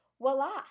voila